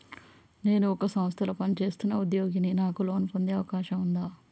నేను ఒక సంస్థలో పనిచేస్తున్న ఉద్యోగిని నాకు లోను పొందే అవకాశం ఉందా?